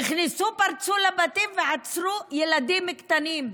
נכנסו, פרצו לבתים ועצרו ילדים קטנים.